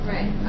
Right